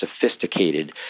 sophisticated